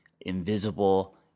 invisible